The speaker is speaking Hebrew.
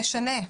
הוא משנה.